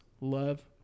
love